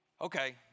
Okay